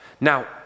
Now